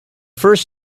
first